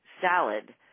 salad